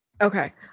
Okay